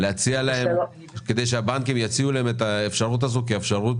כדי שהבנקים יציעו להם את האפשרות הזאת כאפשרות